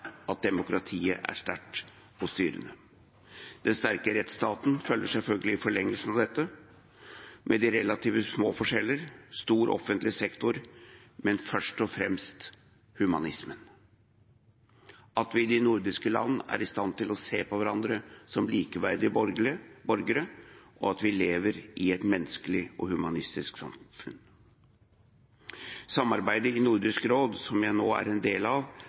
at demokratiet er sterkt og styrende. Den sterke rettsstaten følger selvfølgelig i forlengelsen av dette, relativt små forskjeller, en stor offentlig sektor, men først og fremst humanismen – at vi i de nordiske landene er i stand til å se på hverandre som likeverdige borgere, og at vi lever i et menneskelig og humanistisk samfunn. Samarbeidet i Nordisk råd, som jeg nå er en del av,